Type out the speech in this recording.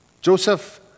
Joseph